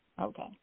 Okay